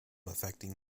affecting